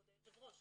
כבוד היושב ראש,